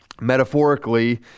Metaphorically